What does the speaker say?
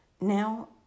Now